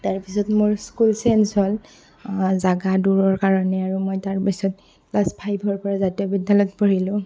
তাৰপিছত মোৰ school change হ'ল জেগা দূৰৰ কাৰণে আৰু মই তাৰপিছত ক্লাছ ফাইভৰ পৰা জাতীয় বিদ্যালয়ত পঢ়িলোঁ